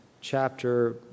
chapter